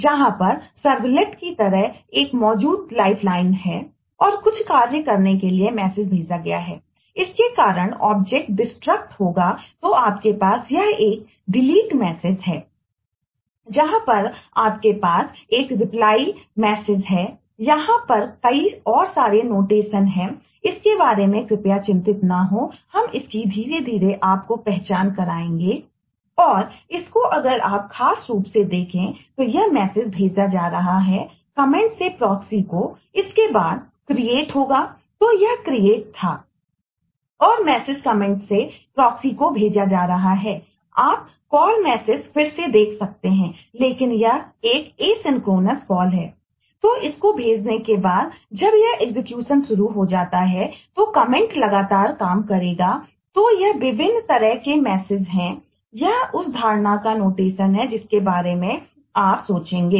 जहां पर आपके पास एक रिप्लाई मैसेजहै तो इसको भेजने के बाद जब यह एग्जीक्यूशन है जिसके बारे में आप सोचेंगे